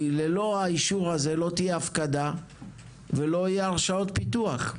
כי ללא האישור הזה לא תהיה הפקדה ולא יהיו הרשאות פיתוח.